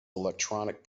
electronic